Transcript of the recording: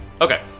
Okay